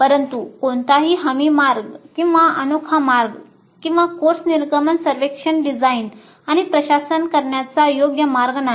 परंतु कोणताही हमी मार्ग किंवा अनोखा मार्ग किंवा कोर्स निर्गमन सर्वेक्षण डिझाइन आणि प्रशासन करण्याचा योग्य मार्ग नाही